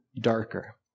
darker